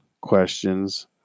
questions